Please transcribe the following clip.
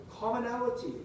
Commonality